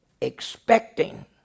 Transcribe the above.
expecting